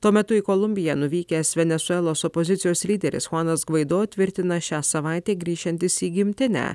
tuo metu į kolumbiją nuvykęs venesuelos opozicijos lyderis chuanas gvaido tvirtina šią savaitę grįšiantis į gimtinę